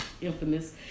infamous